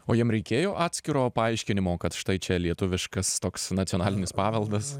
o jiem reikėjo atskiro paaiškinimo kad štai čia lietuviškas toks nacionalinis paveldas